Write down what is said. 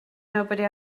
nobody